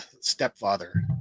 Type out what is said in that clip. stepfather